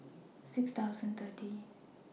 six thousand thirty